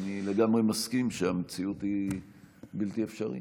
אני לגמרי מסכים שהמציאות היא בלתי אפשרית.